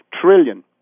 trillion